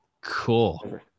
Cool